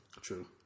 True